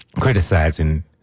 criticizing